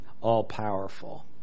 all-powerful